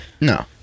no